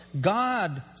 God